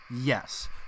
Yes